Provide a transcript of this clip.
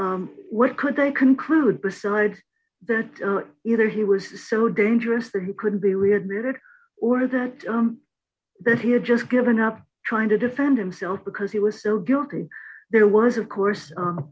again what could they conclude besides that either he was so dangerous that he couldn't be readmitted or that that he had just given up trying to defend himself because he was still guilty there was of course